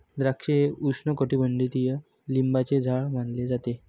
द्राक्षे हे उपोष्णकटिबंधीय लिंबाचे झाड मानले जाते